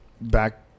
back